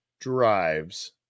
drives